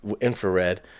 infrared